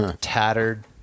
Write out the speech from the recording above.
tattered